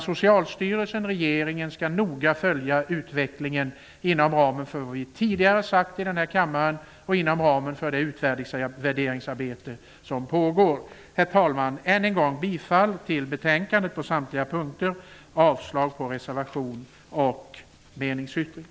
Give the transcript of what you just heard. Socialstyrelsen och regeringen skall noga följa utvecklingen inom ramen för vad vi tidigare har sagt i kammaren och inom ramen för det utvärderingsarbete som pågår. Herr talman! Jag yrkar än en gång bifall till utskottets hemställan på samtliga punkter och avslag på reservation och meningsyttring.